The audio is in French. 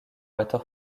water